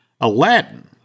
Aladdin